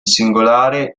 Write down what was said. singolare